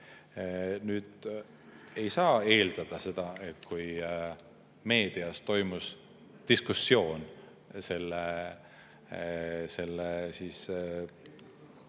Ei saa eeldada seda, et kui meedias toimus diskussioon selle üle